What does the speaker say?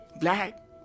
Black